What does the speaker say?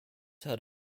had